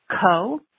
Co